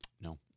No